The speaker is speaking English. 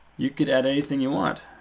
you could add anything you want.